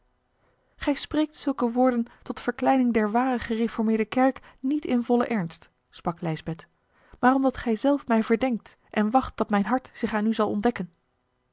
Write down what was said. gij spreekt zulke woorden tot verkleining der ware ereformeerde erk niet in vollen ernst sprak lijsbeth maar omdat gij zelf mij verdenkt en wacht dat mijn hart zich aan u zal ontdekken